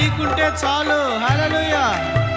Hallelujah